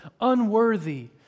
unworthy